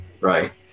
Right